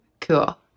cool